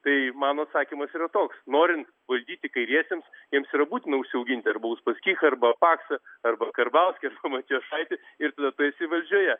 tai mano atsakymas yra toks norint valdyti kairiesiems jiems yra būtina užsiauginti arba uspaskichą arba paksą arba karbauskį ar sakau matijošaitį ir tada tu esi valdžioje